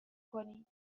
کنید